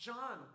John